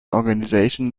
organisation